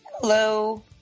Hello